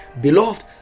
Beloved